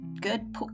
good